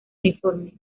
uniforme